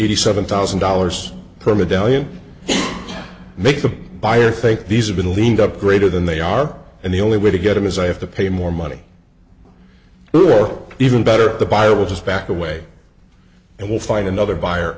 eighty seven thousand dollars per medallion to make the buyer think these are been leaned up greater than they are and the only way to get them is i have to pay more money through or even better the buyer will just back away and will find another buyer